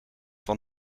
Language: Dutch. van